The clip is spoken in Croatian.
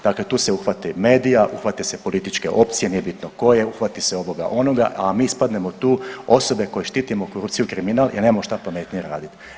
Dakle, tu se uhvate medija, uhvate se političke opcije nije bitno koje, uhvati se ovoga, onoga a mi ispadnemo tu osobe koje štitimo korupciju i kriminal jer nemamo šta pametnije raditi.